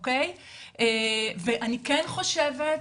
ואני כן חושבת,